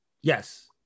Yes